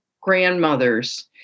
grandmothers